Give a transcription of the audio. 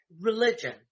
religion